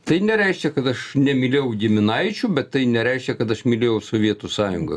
tai nereiškia kad aš nemylėjau giminaičių bet tai nereiškia kad aš mylėjau sovietų sąjungą